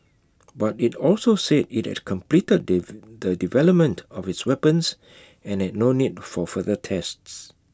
but IT also said IT had completed the development of its weapons and had no need for further tests